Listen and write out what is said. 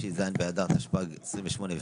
שזו נקודה שהתברר שיש כאן משהו שנמצא